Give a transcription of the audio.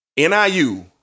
NIU